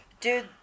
dude